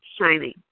shining